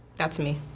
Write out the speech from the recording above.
that's me.